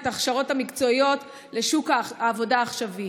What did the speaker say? את ההכשרות המקצועיות לשוק העבודה העכשווי.